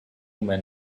men